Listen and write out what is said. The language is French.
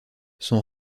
son